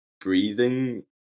breathing